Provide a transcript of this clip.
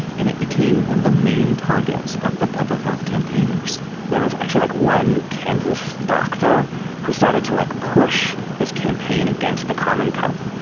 and it became one of the main targets of public health campaigners there was actually like, one kansas doctor who started to like, push this campaign against the common cup,